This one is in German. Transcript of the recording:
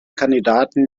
kandidaten